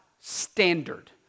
standard